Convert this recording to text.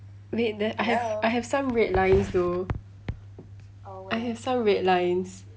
wait th~ I have I have some red lines though I have some red lines